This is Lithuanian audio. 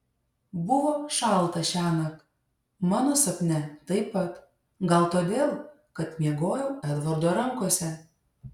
buvo šalta šiąnakt mano sapne taip pat gal todėl kad miegojau edvardo rankose